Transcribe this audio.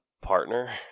partner